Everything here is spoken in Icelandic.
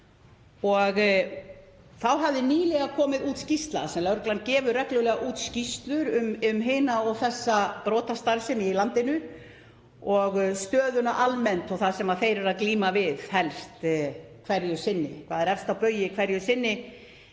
Þá hafði nýlega komið út skýrsla — en lögreglan gefur reglulega út skýrslur um hina og þessa brotastarfsemi í landinu og stöðuna almennt og það sem þeir eru helst að glíma við hverju sinni, hvað er efst á baugi hverju sinni